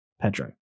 Pedro